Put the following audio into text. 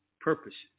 purposes